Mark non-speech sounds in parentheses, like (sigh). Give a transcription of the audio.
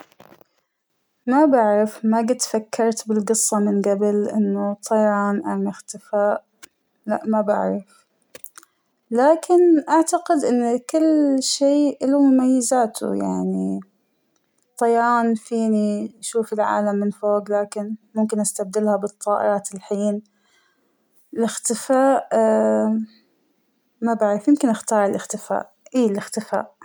ما بعرف ما جيت فكرت بالقصة من قبل أنه طيعان ام إختفاء لأ ما بعرف ، لكن أعتقد أن كل شى إله مميزاته يعنى طيعان فينى أشوف العالم من فوق لكن ممكن استبدلها بالطائرة الحين ، الإختفاء (hesitation) ما بعرف يمكن بختار الإختفاء إى الإختفاء.